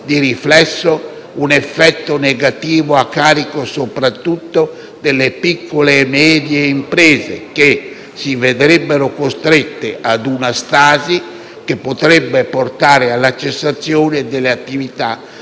di riflesso, un effetto negativo a carico soprattutto delle piccole e medie imprese, che si vedrebbero costrette ad una stasi che potrebbe portare alla cessazione delle attività